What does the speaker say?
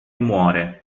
muore